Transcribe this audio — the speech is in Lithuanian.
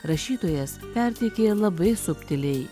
rašytojas perteikė labai subtiliai